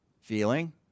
Feeling